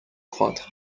croître